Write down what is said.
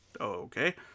Okay